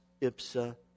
ipsa